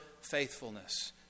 faithfulness